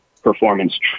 performance